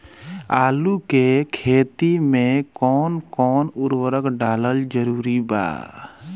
आलू के खेती मे कौन कौन उर्वरक डालल जरूरी बा?